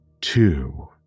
Two